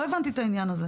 לא הבנתי את העניין הזה.